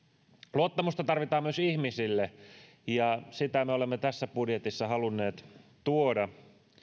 luottamusta tarvitaan myös ihmisille ja sitä me olemme tässä budjetissa halunneet tuoda